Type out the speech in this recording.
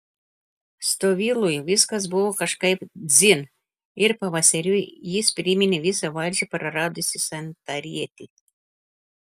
stovylui viskas buvo kažkaip dzin ir pavasariui jis priminė visą valdžią praradusį santarietį